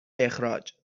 اخراج